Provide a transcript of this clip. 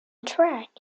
track